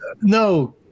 No